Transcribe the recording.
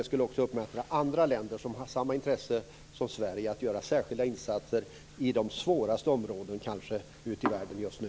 Det skulle också uppmuntra andra länder som har samma intresse som Sverige att göra särskilda insatser i de kanske svåraste områdena ute i världen just nu.